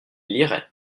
liraient